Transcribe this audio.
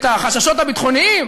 את החששות הביטחוניים